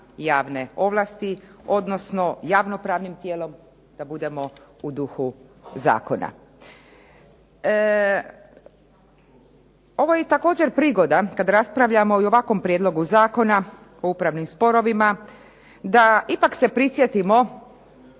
javne ovlasti odnosno javno-pravnim tijelom da budemo u duhu zakona. Ovo je također prigoda kad raspravljamo i o ovakvom Prijedlogu zakona o upravnim sporovima da ipak se prisjetimo